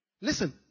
Listen